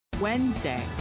Wednesday